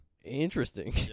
Interesting